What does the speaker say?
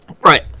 Right